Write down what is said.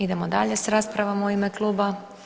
Idemo dalje s raspravama u ime kluba.